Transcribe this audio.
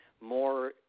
more